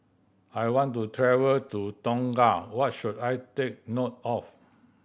I want to travel to Tonga what should I take note of